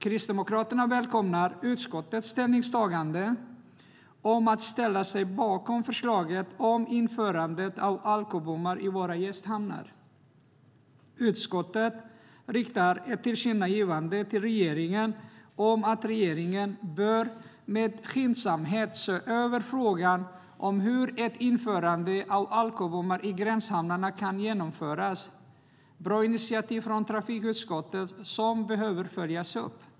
Kristdemokraterna välkomnar utskottets ställningstagande att ställa sig bakom förslaget om införande av alkobommar i våra gästhamnar. Utskottet riktar ett tillkännagivande till regeringen om att regeringen med skyndsamhet bör se över frågan om hur ett införande av alkobommar i gränshamnarna kan genomföras. Det är ett bra initiativ från trafikutskottet som behöver följas upp.